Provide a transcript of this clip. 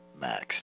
max